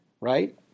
Right